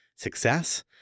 success